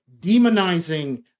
demonizing